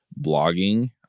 blogging